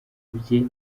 bye